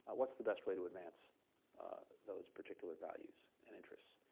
what's the best way to advance those particular values and interests?